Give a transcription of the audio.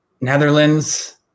Netherlands